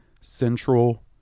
central